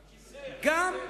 הכיסא, הכיסא.